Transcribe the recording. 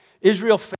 Israel